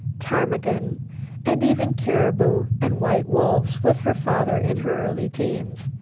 ptarmigan and even caribou and white wolves with her father in her early teens.